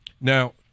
Now